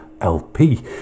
LP